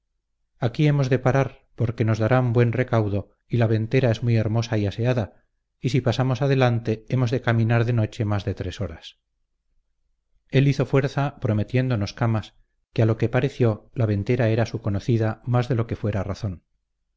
aquí hemos de parar porque nos darán buen recaudo y la ventera es muy hermosa y aseada y si pasamos adelante hemos de caminar de noche más de tres horas él hizo fuerza prometiéndonos camas que a lo que pareció la ventera era su conocida más de lo que fuera razón